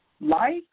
Life